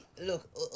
look